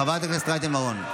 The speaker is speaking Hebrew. חברת הכנסת מלינובסקי.